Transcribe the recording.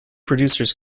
producers